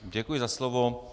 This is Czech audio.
Děkuji za slovo.